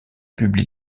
publie